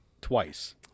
twice